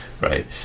Right